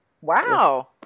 Wow